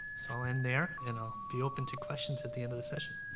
so i'll end there, and i'll be open to questions at the end of the session.